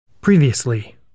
Previously